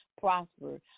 prosper